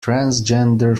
transgender